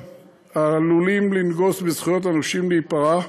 העלולים לנגוס בזכויות הנושים להיפרע,